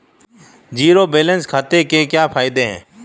Zero balance खाते के क्या फायदे हैं?